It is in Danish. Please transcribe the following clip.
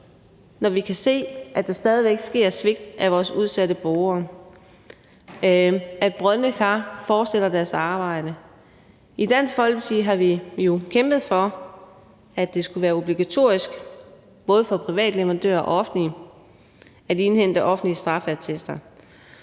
når vi kan se, at der stadig væk sker svigt af vores udsatte borgere, at brodne kar fortsætter deres arbejde. I Dansk Folkeparti har vi jo kæmpet for, at det skulle være obligatorisk både for private og offentlige leverandører at indhente offentlige straffeattester.